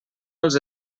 els